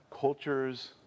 cultures